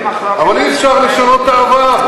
אבל אי-אפשר לשנות את העבר.